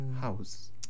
house